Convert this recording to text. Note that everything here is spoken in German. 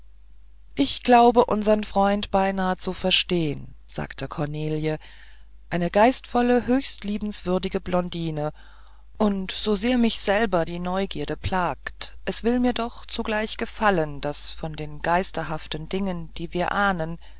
ich glaube unsern freund beinahe zu verstehn sagte cornelie eine geistvolle höchst liebenswürdige blondine und so sehr mich selber die neugierde plagt es will mir doch zugleich gefallen daß von den geisterhaften dingen die wir ahnen